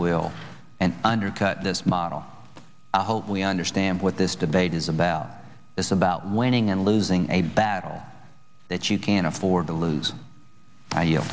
will and undercut this model hopefully understand what this debate is about is about winning and losing a battle that you can't afford to lose